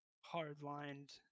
hard-lined